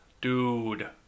Dude